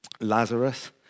Lazarus